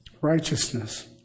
righteousness